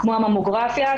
כמו הממוגרפיה,